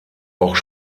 auch